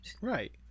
right